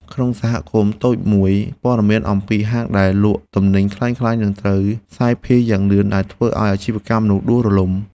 ក្នុងសហគមន៍តូចមួយ ព័ត៌មានអំពីហាងដែលលក់ទំនិញក្លែងក្លាយនឹងត្រូវសាយភាយយ៉ាងលឿនដែលធ្វើឱ្យអាជីវកម្មនោះដួលរលំ។